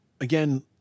again